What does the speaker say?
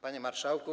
Panie Marszałku!